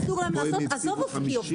עזוב אופקי ,